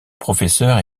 professeur